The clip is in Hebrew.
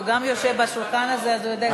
הוא גם יושב בשולחן הזה, אז הוא יודע איך זה עובד.